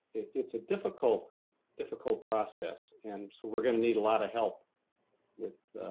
it's a difficult difficult process, and so we're going to need a lot of help with